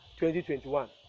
2021